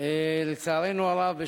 לצערנו הרב,